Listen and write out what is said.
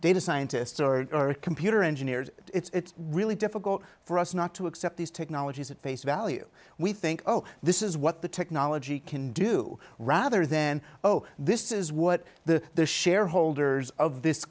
data scientists or computer engineers it's really difficult for us not to accept these technologies at face value we think oh this is what the technology can do rather than oh this is what the shareholders of this